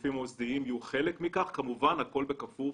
שהגופים המוסדיים יהיו חלק מכך, והכל בכפוף